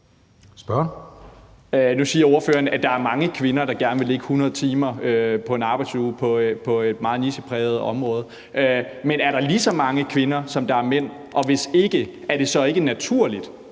Nu siger ordføreren, at der er mange kvinder, der gerne vil lægge 100 timer på en arbejdsuge på et meget nichepræget område. Men er der lige så mange kvinder, som der er mænd? Og hvis ikke, er det så ikke naturligt,